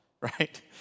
right